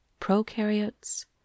prokaryotes